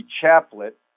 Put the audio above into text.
Chaplet